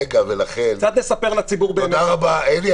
רגע --- קצת לספר לציבור --- אלי,